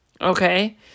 okay